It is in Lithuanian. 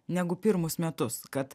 negu pirmus metus kad